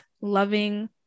loving